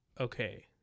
okay